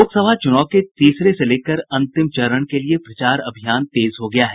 लोकसभा चुनाव के तीसरे से लेकर अंतिम चरण के लिये प्रचार अभियान तेज हो गया है